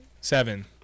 Seven